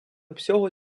всього